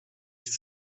sich